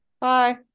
Bye